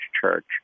church